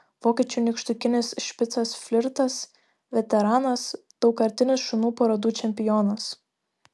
vokiečių nykštukinis špicas flirtas veteranas daugkartinis šunų parodų čempionas